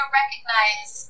recognize